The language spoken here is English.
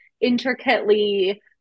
intricately